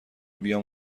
بیام